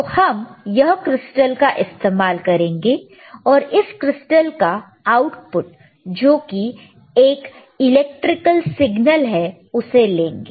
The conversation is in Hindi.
तो हम यह क्रिस्टल का इस्तेमाल करेंगे और इस क्रिस्टल का आउटपुट जो कि एक इलेक्ट्रिकल सिग्नल है उसे लेंगे